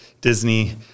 Disney